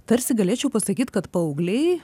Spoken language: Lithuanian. tarsi galėčiau pasakyti kad paaugliai